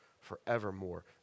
forevermore